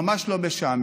ממש לא משעמם.